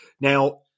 Now